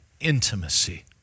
intimacy